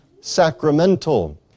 sacramental